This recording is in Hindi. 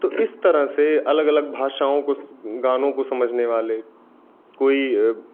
तो इस तरह से अलग अलग भाषाओं को गानों को समझने वाले कोई